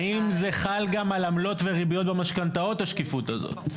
האם זה חל גם על עמלות וריביות במשכנתאות השקיפות הזאת?